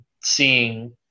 seeing